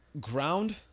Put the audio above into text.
ground